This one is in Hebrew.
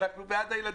אנחנו בעד הילדים.